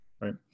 Right